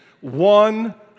One